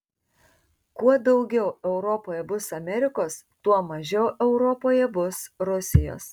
kuo daugiau europoje bus amerikos tuo mažiau europoje bus rusijos